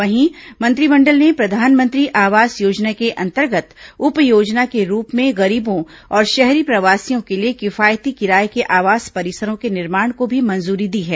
वहीं मंत्रिमंडल ने प्रधानमंत्री आवास योजना के अंतर्गत उप योजना के रूप में गरीबों और शहरी प्रवासियों के लिए किफायती किराये के आवास परिसरों के निर्माण को भी मंजूरी दी है